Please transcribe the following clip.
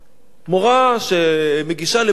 מורה שמגישה לבגרות,